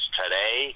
today